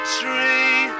tree